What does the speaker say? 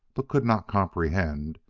but could not comprehend,